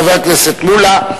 חבר הכנסת מולה.